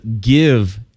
give